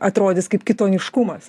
atrodys kaip kitoniškumas